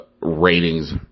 ratings